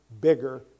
bigger